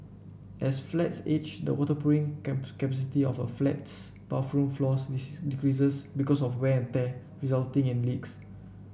as flats age the waterproofing capacity of a flat's bathroom floors decreases because of wear and day resulting in leaks